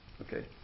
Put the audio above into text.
Okay